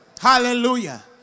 Hallelujah